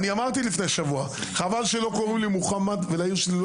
אמרתי לפני שבוע: חבל שלא קוראים לי מוחמד ולעיר שלי לא